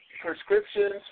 prescriptions